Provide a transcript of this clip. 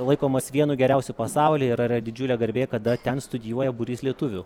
laikomas vienu geriausių pasaulyje ir yra didžiulė garbė kada ten studijuoja būrys lietuvių